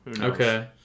okay